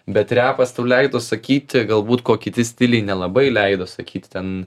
bet repas tau leido sakyti galbūt ko kiti stiliai nelabai leido sakyt ten